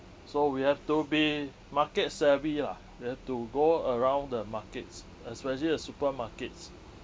so we have to be market savvy lah you have to go around the markets especially the supermarkets